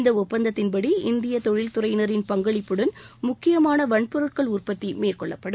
இந்த ஒப்பந்தத்தின்படி இந்திய தொழில்துறையினரின் பங்களிப்புடன் முக்கியமான வன்பொருட்கள் உற்பத்தி மேற்கொள்ளப்படும்